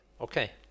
Okay